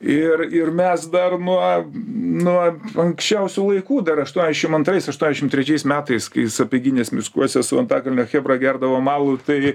ir ir mes dar nuo nuo anksčiausių laikų dar aštuoniašim antrais aštuoniašim trečiais metais kai sapieginės miskuose su antakalnio chebra gerdavom alų tai